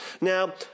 Now